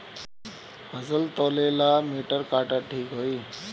फसल तौले ला मिटर काटा ठिक होही?